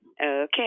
Okay